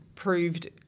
Proved